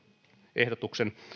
ehdotuksen